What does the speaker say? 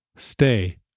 Stay